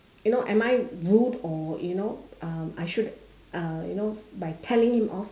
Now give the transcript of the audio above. you know am I rude or you know um I should uh you know by telling him off